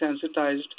sensitized